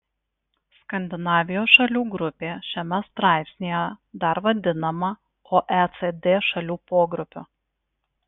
skandinavijos šalių grupė šiame straipsnyje dar vadinama oecd šalių pogrupiu